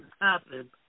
happen